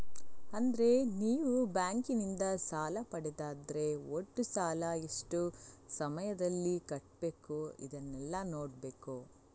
ಅಂದ್ರೆ ನೀವು ಬ್ಯಾಂಕಿನಿಂದ ಸಾಲ ಪಡೆದದ್ದಾದ್ರೆ ಒಟ್ಟು ಸಾಲ, ಎಷ್ಟು ಸಮಯದಲ್ಲಿ ಕಟ್ಬೇಕು ಇದನ್ನೆಲ್ಲಾ ನೋಡ್ಬೇಕು